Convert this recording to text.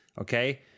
okay